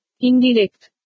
Indirect